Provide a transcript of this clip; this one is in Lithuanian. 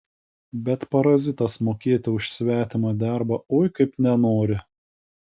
bet parazitas mokėti už svetimą darbą oi kaip nenori